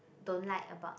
don't like about